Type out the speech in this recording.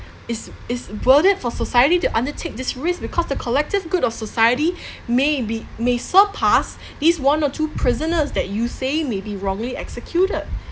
is is worth it for society to undertake this risk because the collective good of society may be may surpass these one or two prisoners that you saying maybe wrongly executed